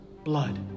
blood